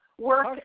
work